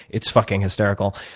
it's fucking hysterical.